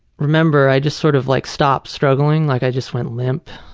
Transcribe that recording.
remember i just sort of like stopped struggling. like i just went limp